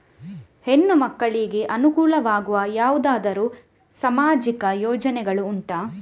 ಹೆಣ್ಣು ಮಕ್ಕಳಿಗೆ ಅನುಕೂಲವಾಗುವ ಯಾವುದಾದರೂ ಸಾಮಾಜಿಕ ಯೋಜನೆಗಳು ಉಂಟಾ?